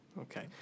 Okay